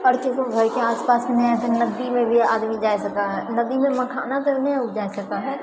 आओर किछु घरके आसपास ने तऽनदीमे भी आदमी जाए सकै है नदीमे मखाना सब नहि उपजाए सकय हइ